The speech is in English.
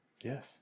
Yes